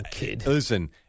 listen